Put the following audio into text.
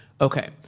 Okay